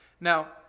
Now